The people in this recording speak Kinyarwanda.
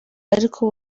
ariko